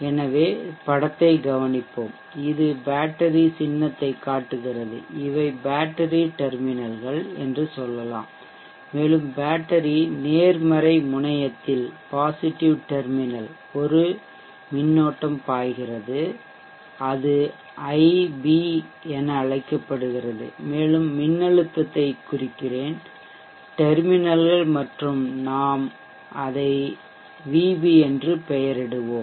எனவே படத்தை கவனிப்போம் இது பேட்டரி சின்னத்தைக்காட்டுகிறது இவை பேட்டரி டெர்மினல்கள் என்று சொல்லலாம் மேலும் பேட்டரி நேர்மறை முனையத்தில் ஒரு மின்னோட்டம் பாய்கிறது அது ஐபி என அழைக்கப்படுகிறது மேலும் மின்னழுத்தத்தை குறிக்கிறேன் டெர்மினல்கள் மற்றும் நாம் அதை vb என்று பெயரிடுவோம்